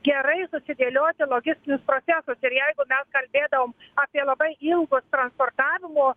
gerai susidėlioti logistinius procesus ir jeigu mes kalbėdavom apie labai ilgus transportavimo